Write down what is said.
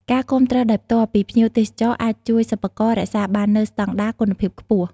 ការគាំទ្រដោយផ្ទាល់ពីភ្ញៀវទេសចរអាចជួយសិប្បករ រក្សាបាននូវស្តង់ដារ គុណភាពខ្ពស់។